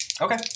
Okay